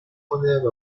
کنه